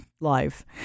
life